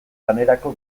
lanerako